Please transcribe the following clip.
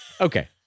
Okay